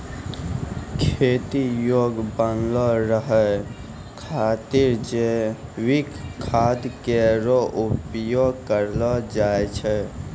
खेती योग्य बनलो रहै खातिर जैविक खाद केरो उपयोग करलो जाय छै